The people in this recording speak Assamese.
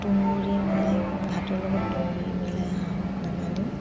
তুঁহগুৰি মিলাই কিনে ভাতৰ লগত তুঁহগুৰি মিলাই হাঁহক দানা দিওঁ